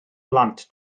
blant